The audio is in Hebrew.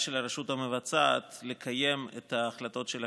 של הרשות המבצעת לקיים את ההחלטות של הכנסת,